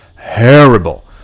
terrible